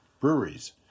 breweries